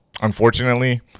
unfortunately